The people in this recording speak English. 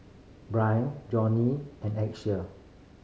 Johney and